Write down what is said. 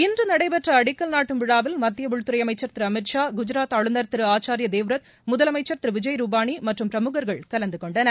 இன்று நடைபெற்ற அடிக்கல் நாட்டும் விழாவில் மத்திய உள்துறை அமைச்சர் திரு அமித்ஷா குஜாத் ஆளுநர் திரு ஆச்சாரிய தேவ்ரத் முதலமைச்சர் திரு விஜய் ரூபானி மற்றும் பிரமுகர்கள் கலந்து கொண்டனர்